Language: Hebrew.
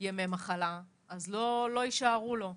ימי מחלה, אז לא יישארו לו.